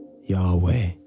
Yahweh